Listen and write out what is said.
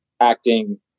acting